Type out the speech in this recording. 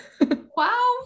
Wow